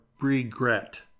regret